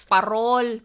Parol